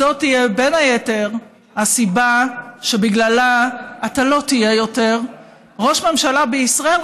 זאת תהיה בין היתר הסיבה שבגללה אתה לא תהיה יותר ראש ממשלה בישראל,